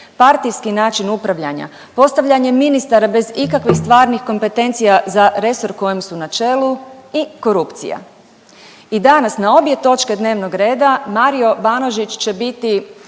partijski način upravljanja, postavljanje ministara bez ikakvih stvarnih kompetencija za resor kojem su na čelu i korupcija. I danas na obje točke dnevnog reda Mario Banožić će biti